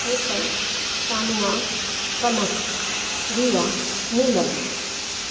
Hetal Sania Kanak Riya Neelam